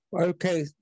Okay